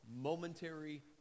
momentary